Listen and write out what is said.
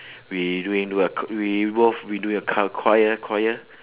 we doing what c~ we both we do at c~ choir choir